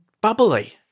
bubbly